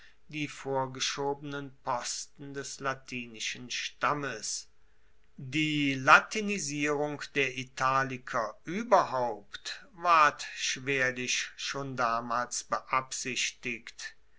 die vorgeschobenen posten des latinischen stammes die latinisierung der italiker ueberhaupt ward schwerlich schon damals beabsichtigt